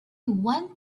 one